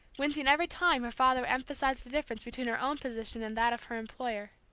wincing every time her father emphasized the difference between her own position and that of her employer.